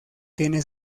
tiene